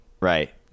Right